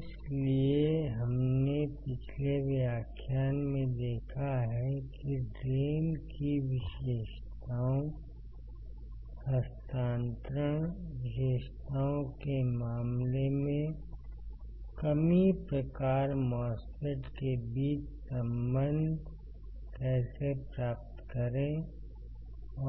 इसलिए हमने पिछले व्याख्यान में देखा है कि ड्रेन की विशेषताओं हस्तांतरण विशेषताओं के मामले में कमी प्रकार MOSFET के बीच संबंध कैसे प्राप्त करें